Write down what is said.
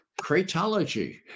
cratology